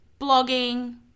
blogging